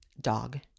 dog